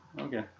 Okay